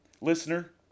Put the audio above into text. Listener